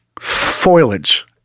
foliage